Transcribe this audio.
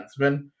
defenseman